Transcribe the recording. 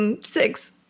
six